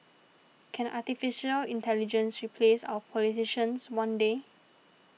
can Artificial Intelligence replace our politicians one day